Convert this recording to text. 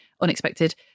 Unexpected